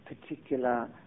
particular